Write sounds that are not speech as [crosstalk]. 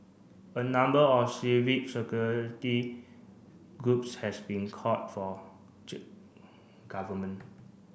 a number of civic [unintelligible] groups has been called for [unintelligible] Government